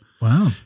Wow